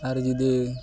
ᱟᱨ ᱡᱩᱫᱤ